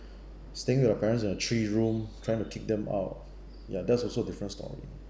staying with the parents in a three room trying to kick them out ya that's also a different story